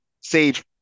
Sage